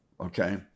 Okay